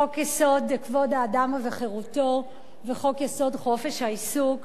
חוק-יסוד: כבוד האדם וחירותו וחוק-יסוד: חופש העיסוק.